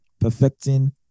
perfecting